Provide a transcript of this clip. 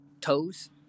toes